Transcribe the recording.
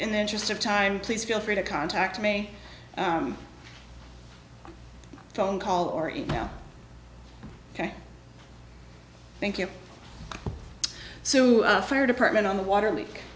in the interest of time please feel free to contact me phone call or email ok thank you so the fire department on the water leak